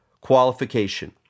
qualification